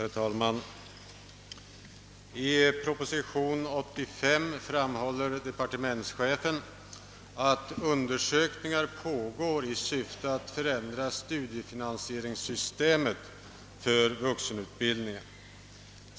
Herr talman! I proposition nr 85 framhåller departementschefen att undersökningar pågår i syfte att förändra studiefinansieringssystemet för vuxenutbildningen.